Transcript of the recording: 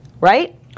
right